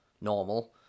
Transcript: normal